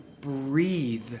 breathe